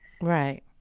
right